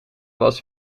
was